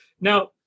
Now